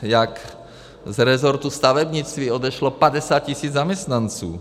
Jak z rezortu stavebnictví odešlo 50 tis. zaměstnanců.